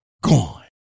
gone